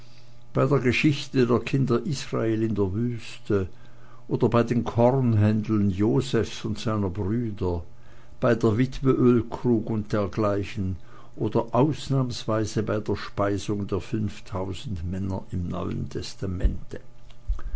bei der geschichte der kinder israel in der wüste oder bei den kornhändeln josephs und seiner brüder bei der witwe ölkrug und dergleichen oder ausnahmsweise bei der speisung der fünftausend männer im neuen testamente